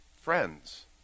friends